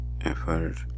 effort